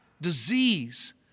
disease